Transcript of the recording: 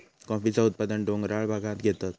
कॉफीचा उत्पादन डोंगराळ भागांत घेतत